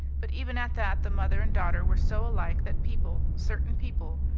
but even at that the mother and daughter were so alike that people, certain people,